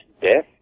death